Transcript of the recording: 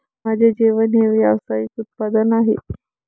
मासे जेवण हे व्यावसायिक उत्पादन आहे